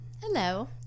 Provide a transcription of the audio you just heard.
hello